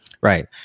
right